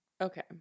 Okay